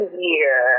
year